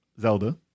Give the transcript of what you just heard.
Zelda